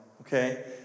okay